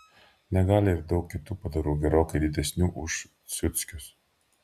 negali ir daug kitų padarų gerokai didesnių už ciuckius